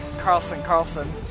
Carlson-Carlson